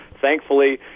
Thankfully